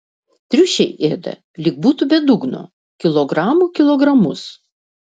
triušiai ėda lyg būtų be dugno kilogramų kilogramus